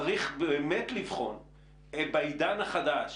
יש ישיבות עבודה מטה מול מטה כל חודשיים,